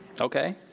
Okay